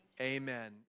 amen